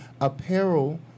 apparel